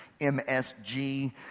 MSG